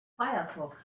firefox